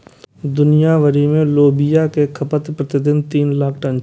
दुनिया भरि मे लोबिया के खपत प्रति दिन तीन लाख टन छै